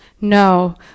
No